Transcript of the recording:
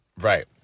Right